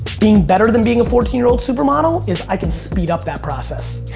being better than being a fourteen year old supermodel is i can speed up that process.